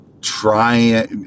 try